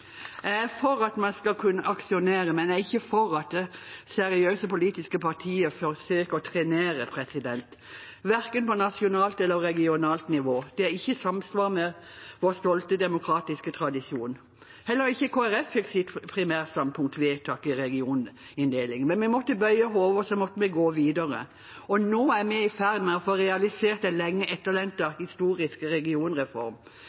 Jeg er for at man skal kunne aksjonere, men jeg er ikke for at seriøse politiske partier forsøker å trenere, verken på nasjonalt eller på regionalt nivå. Det er ikke i samsvar med vår stolte demokratiske tradisjon. Heller ikke Kristelig Folkeparti fikk sitt primærstandpunkt vedtatt i regioninndelingen. Vi måtte bøye hodet, og så måtte vi gå videre. Og nå er vi i ferd med å få realisert en lenge